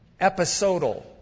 episodal